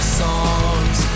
songs